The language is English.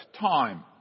time